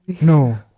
No